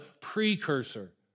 precursor